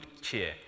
cheer